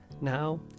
now